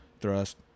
thrust